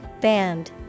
Band